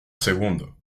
segundo